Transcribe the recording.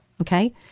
okay